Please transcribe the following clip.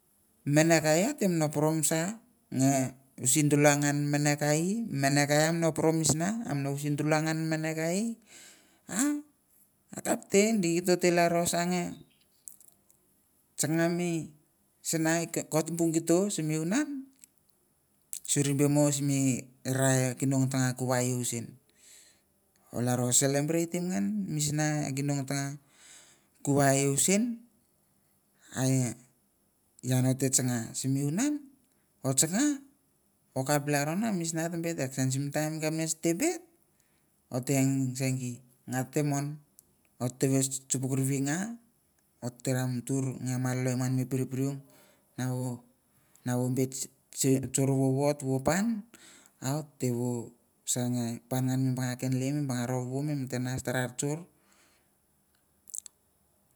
Menekaie apromis na menekei mekeaiae arromisna poromis me neki akap te gito larasa ngat chan mi sanga ekot se tubuk segeto simi unan mi rei kin ateko kava yeo sin olaro celebratim ngan orkap laro kam bit action tem simmi kapnich tabit ote ang segeit ngan mon ote malo ote chupimvi ga na malolo en ngan mi kurkumim nava bit chei vovo otvepon ote moges changa chavga mi leng bemo mi leng mi pikin mi sospen ote mi mogos turu e mi sospen ate kuk me pon mi leng.